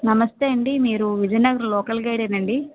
నమస్తే అండి మీరు విజయనగరం లోకల్ గైడేనా అండి